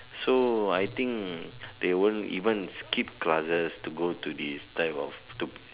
so I think they won't even skip classes to go to this type of